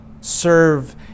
serve